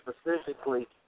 specifically